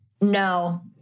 No